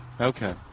Okay